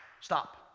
stop